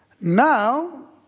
Now